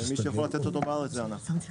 ומי שיכול לתת אותו בארץ זה אנחנו.